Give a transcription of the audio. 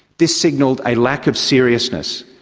this signalled a lack of seriousness,